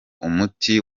umuti